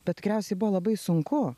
bet tikriausiai buvo labai sunku